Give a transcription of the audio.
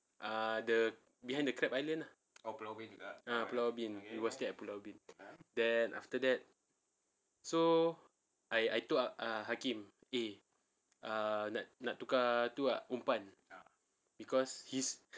err the behind the crab island lah ah pulau ubin he was there at pulau ubin then after that so I I told err hakim eh err nak nak tukar tu ah umpan because he's